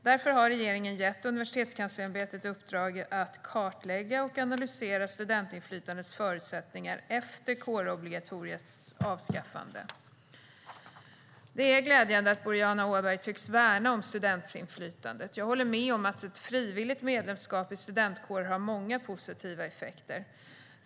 Därför har regeringen gett Universitetskanslersämbetet i uppdrag att kartlägga och analysera studentinflytandets förutsättningar efter kårobligatoriets avskaffande. Det är glädjande att Boriana Åberg tycks värna om studentinflytandet. Jag håller med om att ett frivilligt medlemskap i studentkårer har många positiva effekter.